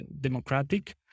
democratic